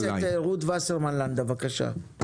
חברת הכנסת רות וסרמן לנדה, בבקשה.